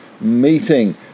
meeting